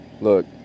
look